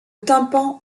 tympan